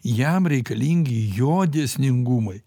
jam reikalingi jo dėsningumai